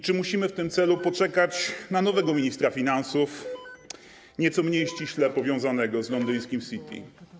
Czy musimy w tym celu poczekać na nowego ministra finansów, nieco mniej ściśle powiązanego z londyńskim city?